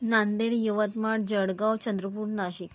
Nanded Yavatmal Jalgaon Chandrapur Nashik